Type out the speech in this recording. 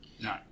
No